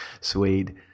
suede